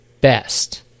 best